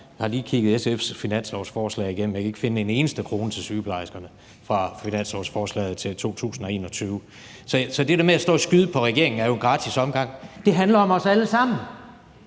Jeg har lige kigget SF's finanslovsforslag igennem. Jeg kan ikke finde en eneste krone til sygeplejerskerne i finanslovsforslaget for 2021. Så det der med at stå og skyde på regeringen er jo en gratis omgang. Det handler om os alle sammen.